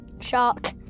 Shark